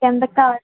ఎంతకు కావాలి